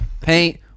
paint